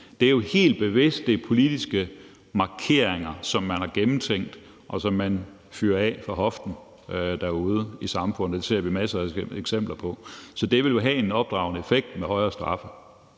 Det er jo helt bevidst, at det er politiske markeringer, som man har gennemtænkt, og som man fyrer af derude i samfundet. Det ser vi masser af eksempler på. Så det vil jo have en opdragende effekt med højere straffe.